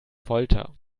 folter